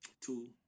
Two